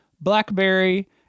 Blackberry